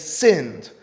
sinned